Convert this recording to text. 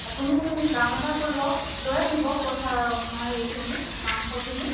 আপুনি হেৰি কাম এটা কৰিব লৈ আহিব পইচা হেৰিখিনি মাংসখিনি